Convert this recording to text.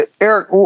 Eric